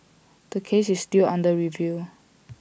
the case is still under review